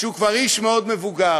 שהוא כבר איש מאוד מבוגר,